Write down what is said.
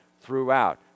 throughout